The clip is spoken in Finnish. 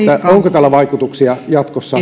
onko tällä vaikutuksia jatkossa